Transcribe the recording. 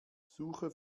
suche